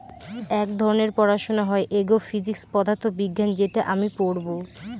এক রকমের পড়াশোনা হয় এগ্রো ফিজিক্স পদার্থ বিজ্ঞান যেটা আমি পড়বো